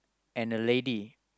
and a lady